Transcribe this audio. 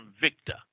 Victor